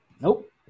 Nope